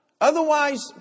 Otherwise